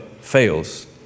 fails